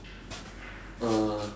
uh